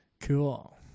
Cool